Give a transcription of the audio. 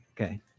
Okay